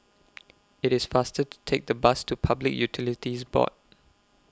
IT IS faster to Take The Bus to Public Utilities Board